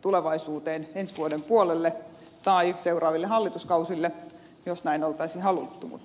tulevaisuuteen ensi vuoden puolelle tai seuraaville hallituskausille jos näin olisi haluttu